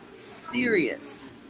serious